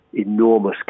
enormous